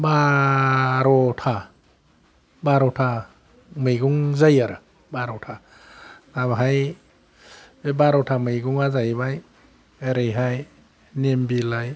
बार'था बार'था मैगं जायो आरो बार'था आर बाहाय बे बार'था मैगंआ जाहैबाय ओरैहाय निम बिलाय